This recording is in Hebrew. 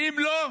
אם לא,